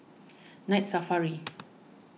Night Safari